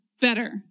better